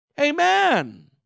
Amen